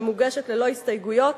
שמוגשת ללא הסתייגויות.